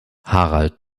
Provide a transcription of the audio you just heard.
harald